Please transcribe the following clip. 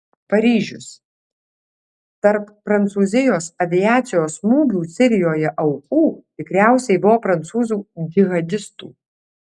paryžius tarp prancūzijos aviacijos smūgių sirijoje aukų tikriausiai buvo prancūzų džihadistų